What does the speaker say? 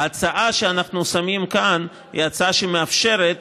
ההצעה שאנחנו שמים כאן היא הצעה שמאפשרת